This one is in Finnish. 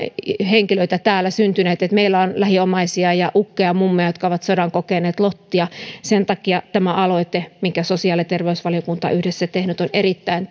henkilöitä että meillä on lähiomaisia ja ukkeja ja mummeja jotka ovat sodan kokeneet lottia sen takia tämä aloite minkä sosiaali ja terveysvaliokunta on yhdessä tehnyt on erittäin